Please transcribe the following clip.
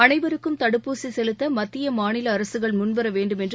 அனைவருக்கும் தடுப்பூசி செலுத்த மத்திய மாநில அரசுகள் முன்வர வேண்டும் என்று